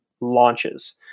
launches